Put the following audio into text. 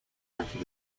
after